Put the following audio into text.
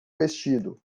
vestido